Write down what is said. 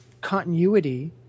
continuity